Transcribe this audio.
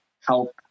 help